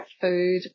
food